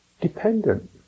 dependent